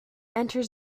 enters